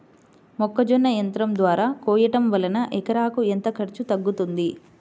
మొక్కజొన్న యంత్రం ద్వారా కోయటం వలన ఎకరాకు ఎంత ఖర్చు తగ్గుతుంది?